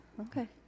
Okay